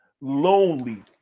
Lonely